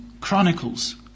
Chronicles